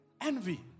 Envy